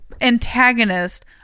antagonist